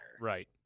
Right